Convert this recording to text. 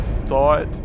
thought